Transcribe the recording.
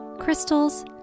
crystals